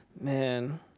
man